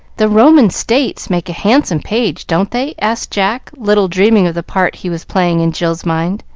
the roman states make a handsome page, don't they? asked jack, little dreaming of the part he was playing in jill's mind.